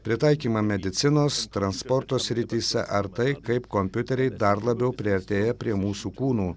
pritaikymą medicinos transporto srityse ar tai kaip kompiuteriai dar labiau priartėja prie mūsų kūnų